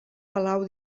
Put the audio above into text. palau